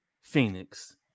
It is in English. Phoenix